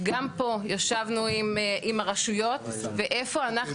גם פה ישבנו עם הרשויות ואיפה אנחנו.